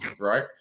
right